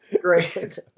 Great